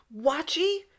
watchy